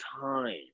time